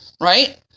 Right